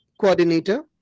coordinator